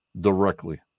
directly